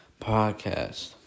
podcast